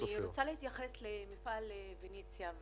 אני רוצה להתייחס למפעל "פניציה",